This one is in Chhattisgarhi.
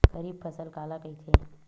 खरीफ फसल काला कहिथे?